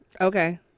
okay